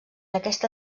aquesta